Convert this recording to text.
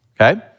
okay